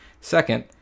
Second